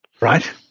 right